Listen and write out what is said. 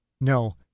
No